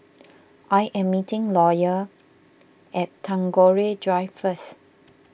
I am meeting Lawyer at Tagore Drive first